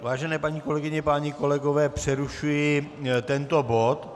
Vážené paní kolegyně, páni kolegové, přerušuji tento bod.